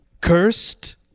cursed